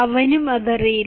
അവനും അതറിയില്ല